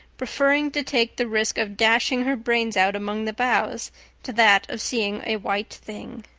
preferring to take the risk of dashing her brains out among the boughs to that of seeing a white thing.